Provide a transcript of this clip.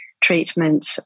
treatment